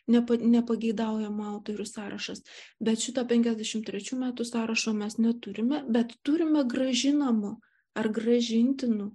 ne nepageidaujame autorių sąrašas bet šito penkiasdešimt trečių metų sąrašo mes neturime bet turime grąžinamų ar grąžintinų